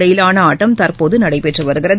இடையிலான ஆட்டம் தற்போது நடைபெற்று வருகிறது